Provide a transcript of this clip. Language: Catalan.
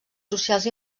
socials